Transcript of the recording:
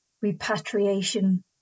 repatriation